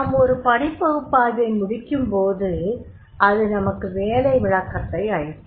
நாம் ஒரு பணிப்பகுப்பாய்வை முடிக்கும்போது அது நமக்கு வேலை விளக்கத்தை வழங்கும்